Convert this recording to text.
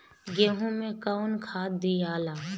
गेहूं मे कौन खाद दियाला?